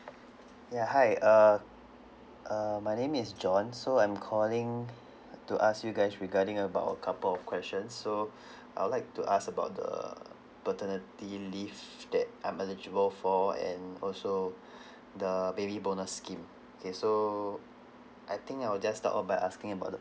ya hi uh err my name is john so I'm calling to ask you guys regarding about a couple of questions so I'd like to ask about the paternity leaves that I'm eligible for and also the baby bonus scheme okay so I think I'll just start off by asking about the